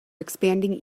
expanding